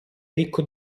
ricco